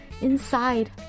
Inside